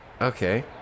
Okay